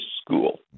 school